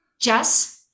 jess